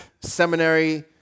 seminary